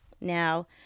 Now